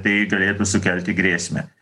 tai galėtų sukelti grėsmę